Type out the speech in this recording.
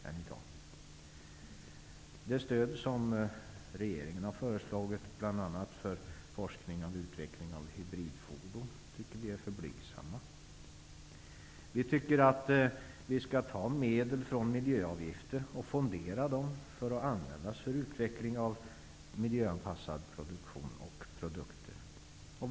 Vi tycker att de stöd som regeringen har föreslagit för bl.a. forskning och utveckling beträffande hybridfordon är för blygsamma. Vi tycker att miljöavgifter skall fonderas och användas för stöd till utveckling av miljöanpassad produktion och miljöanpassade produkter.